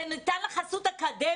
זה נותן את החסות האקדמית,